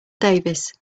davis